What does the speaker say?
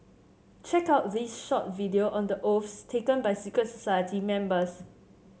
check out this short video on the oaths taken by secret society members